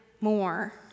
more